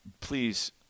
Please